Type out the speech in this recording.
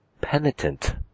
penitent